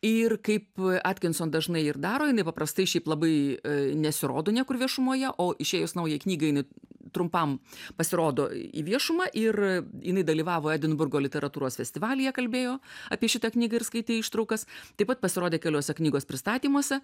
ir kaip atkinson dažnai ir daro jinai paprastai šiaip labai nesirodo niekur viešumoje o išėjus naujai knygą jinai trumpam pasirodo į viešumą ir jinai dalyvavo edinburgo literatūros festivalyje kalbėjo apie šitą knygą ir skaitė ištraukas taip pat pasirodė keliuose knygos pristatymuose